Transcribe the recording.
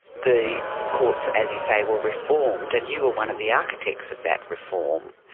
the courts, as you say, were reformed, and you were one of the architects of that reform.